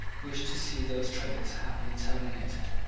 wished to see those troubles happily terminated.